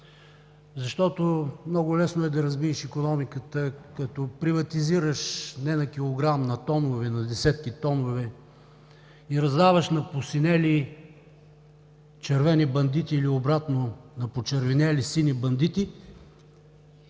защото е много лесно да разбиеш икономиката, като приватизираш не на килограм, а на тонове, на десетки тонове, и раздаваш на посинели червени бандити, или обратно – на почервенели сини бандити,